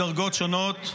יש דרגות שונות,